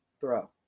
Throw